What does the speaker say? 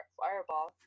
fireball